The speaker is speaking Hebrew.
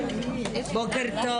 בוקר טוב